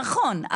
נכון,